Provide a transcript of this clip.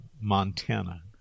Montana